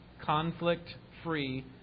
conflict-free